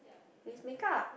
it's makeup